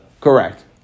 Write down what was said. Correct